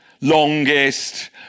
longest